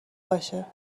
باشه